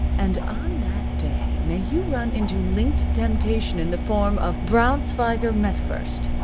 and on that day may you run into linked temptation in the form of braunschweiger metwurst.